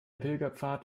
pilgerpfad